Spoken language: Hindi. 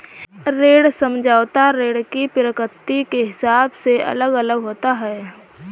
ऋण समझौता ऋण की प्रकृति के हिसाब से अलग अलग होता है